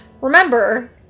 remember